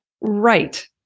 Right